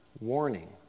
warning